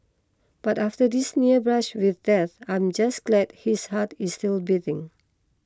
but after this near brush with death I'm just glad his heart is still beating